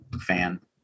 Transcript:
fan